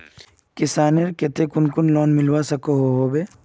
किसानेर केते कुन कुन लोन मिलवा सकोहो होबे?